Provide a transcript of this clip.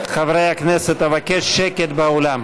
חברי הכנסת, אבקש שקט באולם.